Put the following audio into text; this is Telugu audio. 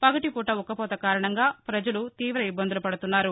పగటిపూట ఉక్కపోత కారణంగా పజలు తీవ ఇబ్బందులు పడుతున్నారు